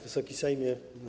Wysoki Sejmie!